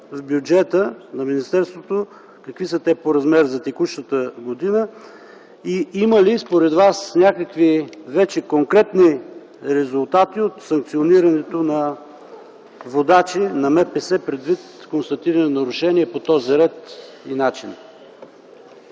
от бюджета на министерството? Какви са те по размер за текущата година? Има ли, според Вас, някакви вече конкретни резултати от санкционирането на водачите на МПС, предвид констатирани нарушения по този ред и начин?